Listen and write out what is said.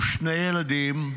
ושני ילדים,